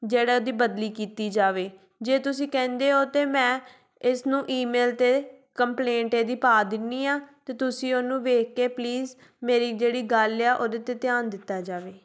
ਜਿਹੜਾ ਉਹਦੀ ਬਦਲੀ ਕੀਤੀ ਜਾਵੇ ਜੇ ਤੁਸੀਂ ਕਹਿੰਦੇ ਹੋ ਤਾਂ ਮੈਂ ਇਸਨੂੰ ਈਮੇਲ 'ਤੇ ਕੰਪਲੇਂਟ ਇਹਦੀ ਪਾ ਦਿੰਦੀ ਹਾਂ ਅਤੇ ਤੁਸੀਂ ਉਹਨੂੰ ਵੇਖ ਕੇ ਪਲੀਜ਼ ਮੇਰੀ ਜਿਹੜੀ ਗੱਲ ਆ ਉਹਦੇ 'ਤੇ ਧਿਆਨ ਦਿੱਤਾ ਜਾਵੇ